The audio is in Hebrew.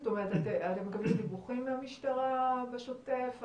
זאת אומרת אתם מקבלים דיווחים מהמשטרה בשוטף?